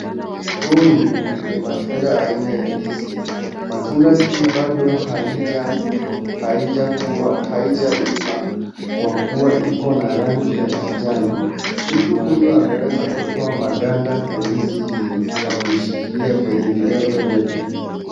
Huu ni matunda aina ya ndizi, matunda hii bado haijakua haijaiva kwa kuwa iko na rangi ya kijani. Mtu huyu ameweza kutoa maganda ya ndizi hii na kuishikilia kwenye viganja vyake.